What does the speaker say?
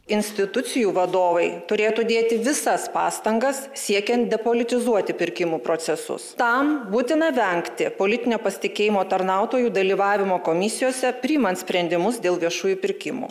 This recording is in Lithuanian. institucijų vadovai turėtų dėti visas pastangas siekiant depolitizuoti pirkimų procesus tam būtina vengti politinio pasitikėjimo tarnautojų dalyvavimo komisijose priimant sprendimus dėl viešųjų pirkimų